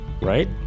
Right